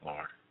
Lord